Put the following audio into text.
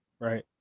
right